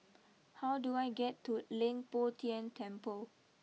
how do I get to Leng Poh Tian Temple